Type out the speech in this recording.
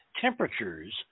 temperatures